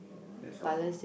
that's all